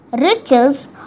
riches